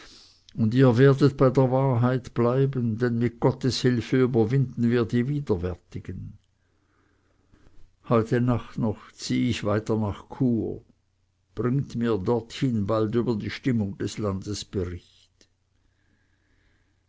und ihr werdet bei der wahrheit bleiben denn mit gottes hilfe überwinden wir die widerwärtigen heute nacht noch zieh ich weiter nach chur bringt mir dorthin bald über die stimmung des landes bericht